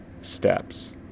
steps